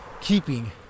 keeping